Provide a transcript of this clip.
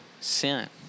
sin